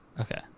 Okay